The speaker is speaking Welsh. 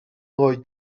lloyd